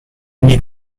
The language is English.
need